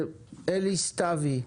אלי סתוי,